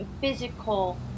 physical